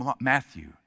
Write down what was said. Matthew